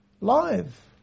live